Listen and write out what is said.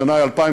השנה היא 2009,